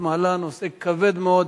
ואתה מכיר, את מעלה נושא כבד מאוד,